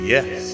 Yes